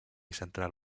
central